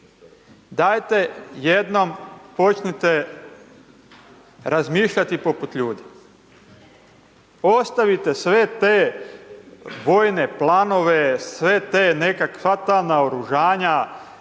Dajte jednom počnite razmišljati poput ljudi. Ostavite sve te vojne planove, sva ta naoružanja,